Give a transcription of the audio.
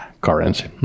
currency